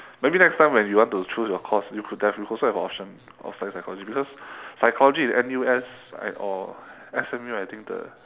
maybe next time when you want to choose your course you could also have an option of studying psychology because psychology in N_U_S or S_M_U I think the